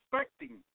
expecting